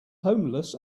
homeless